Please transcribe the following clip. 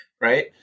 right